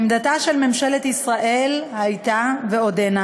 עמדתה של ממשלת ישראל הייתה ועודנה